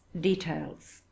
details